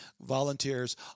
volunteers